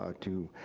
ah to,